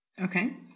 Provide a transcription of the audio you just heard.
Okay